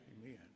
Amen